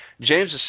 James